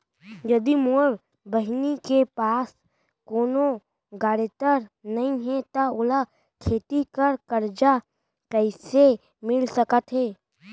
यदि मोर बहिनी के पास कोनो गरेंटेटर नई हे त ओला खेती बर कर्जा कईसे मिल सकत हे?